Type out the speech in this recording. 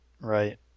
right